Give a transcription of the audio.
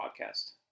podcast